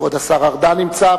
כבוד השר ארדן נמצא,